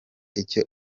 icyo